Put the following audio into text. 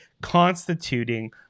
constituting